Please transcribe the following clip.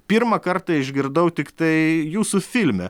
pirmą kartą išgirdau tiktai jūsų filme